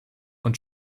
und